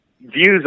views